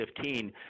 2015